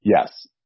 Yes